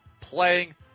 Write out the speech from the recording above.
playing